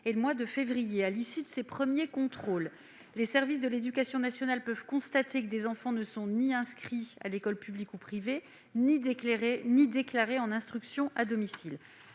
et de février. À l'issue de ces premiers contrôles, les services de l'éducation nationale peuvent constater que des enfants ne sont ni inscrits à l'école publique ou privée ni déclarés en instruction à domicile.